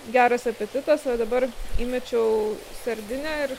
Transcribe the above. geras apetitas va dabar įmečiau skardinę ir